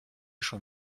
schon